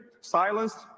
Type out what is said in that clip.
silenced